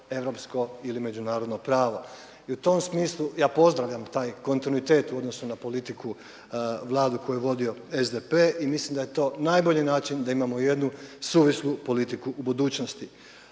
europsko ili međunarodno pravo. I u tom smislu ja pozdravljam taj kontinuitet u odnosu na politiku Vlade koju je vodio SDP i mislim da je to najbolji način da imamo jednu suvislu politiku u budućnosti.